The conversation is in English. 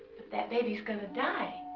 but that baby's gonna die